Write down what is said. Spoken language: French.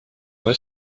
vrai